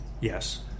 Yes